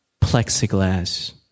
plexiglass